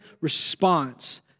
response